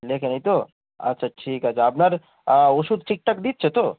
লেখে নিই তো আচ্ছা ঠিক আছে আপনার ওষুধ ঠিকঠাক দিচ্ছে তো